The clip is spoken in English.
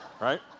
right